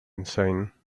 insane